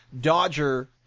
Dodger